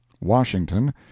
Washington